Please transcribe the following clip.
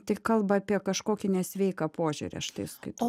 tai kalba apie kažkokį nesveiką požiūrį aš tai skaitau